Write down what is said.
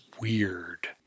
weird